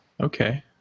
Okay